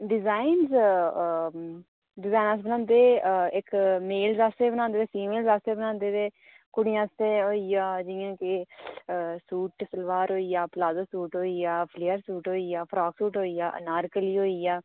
designs design अस बनांदे इक मेल आस्तै बी बनांदे ते फिेमेल आस्तै बी बनांदे ते कुड़ियें आस्तै होई गेआ जियां के सूट सलवार होई गेआ पलाजो सूट होई गेआ फ्लेयर सूट होई गेआ फ्राक सूट होई गेआ अनारकली होई गेआ